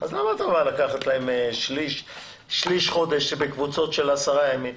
אז למה אתה בא לקחת להם שליש חודש בקבוצות של עשרה ימים?